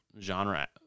genre